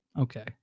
Okay